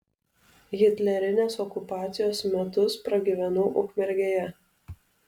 hitlerinės okupacijos metus pragyvenau ukmergėje